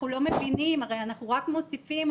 הרי אנחנו רק מוסיפים,